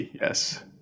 yes